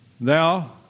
thou